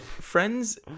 Friends